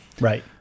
Right